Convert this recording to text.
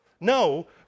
No